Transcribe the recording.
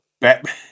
Batman